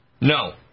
No